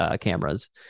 cameras